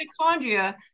mitochondria